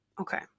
Okay